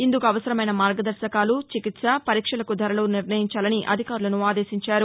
ఇందుకు అవసరమైన మార్గదర్భకాలు చికిత్స పరీక్షలకు ధరలు నిర్ణయించాలని అధికారులను ఆదేశించారు